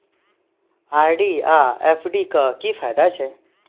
RD आ FD क की फायदा छै?